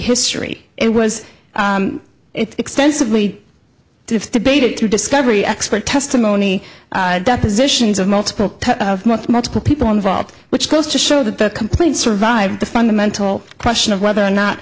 history and was extensively debated through discovery expert testimony depositions of multiple multiple people involved which goes to show that the complaint survived the fundamental question of whether or not